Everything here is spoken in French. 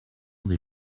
des